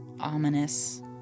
ominous